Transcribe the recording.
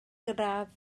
gradd